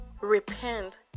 Repent